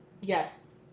Yes